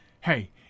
hey